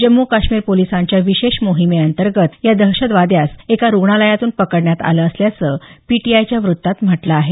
जम्मू काश्मीर पोलिसांच्या विशेष मोहिमे अंतर्गत या दहशतवाद्यास एका रुग्णालयातून पकडण्यात आलं असल्याचं पीटीआयच्या वृत्तात म्हटलं आहे